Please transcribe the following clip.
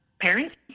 parents